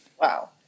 Wow